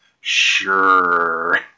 sure